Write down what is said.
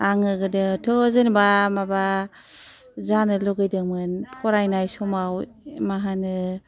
आङो गोदोथ' जेनबा माबा जानो लुबैदोंमोन फरायनाय समाव मा होनो